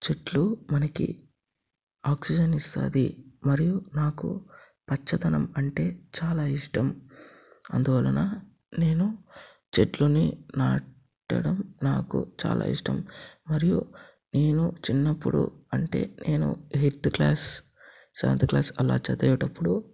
చెట్లు మనకి ఆక్సిజన్ ఇస్తుంది మరియు నాకు పచ్చదనం అంటే చాలా ఇష్టం అందువలన నేను చెట్లుని నాటడం నాకు చాలా ఇష్టం మరియు నేను చిన్నప్పుడు అంటే నేను ఎయిత్ క్లాస్ సెవెంత్ క్లాస్ అలా చదివేటప్పుడు